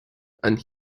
and